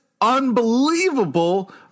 unbelievable